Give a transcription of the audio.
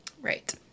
Right